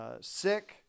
sick